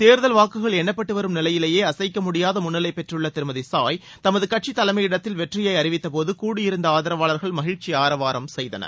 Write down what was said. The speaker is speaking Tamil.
தேர்தல் வாக்குகள் எண்ணப்பட்டு வரும் நிலையிலேயே அசைக்க முடியாத முன்னிலை பெற்றுள்ள திருமதி ட்சாய் தமது கட்சி தலைமையிடத்தில் வெற்றியை அறிவித்தடோது கூடியிருந்த ஆதரவாளர்கள் மகிழ்ச்சி ஆரவாரம் செய்தனர்